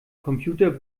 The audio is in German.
computer